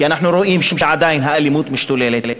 כי אנחנו רואים שעדיין האלימות משתוללת,